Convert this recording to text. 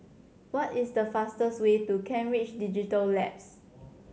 what is the fastest way to Kent Ridge Digital Labs